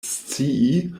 scii